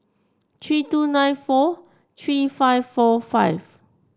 three two nine four three five four five